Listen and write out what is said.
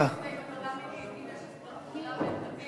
גברתי השרה, הצעת